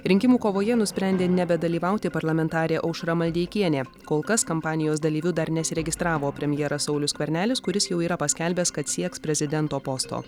rinkimų kovoje nusprendė nebedalyvauti parlamentarė aušra maldeikienė kol kas kampanijos dalyviu dar nesiregistravo premjeras saulius skvernelis kuris jau yra paskelbęs kad sieks prezidento posto